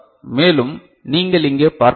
மேலும் நீங்கள் இங்கே பார்க்கலாம்